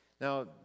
Now